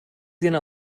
gonna